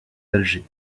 d’alger